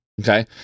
Okay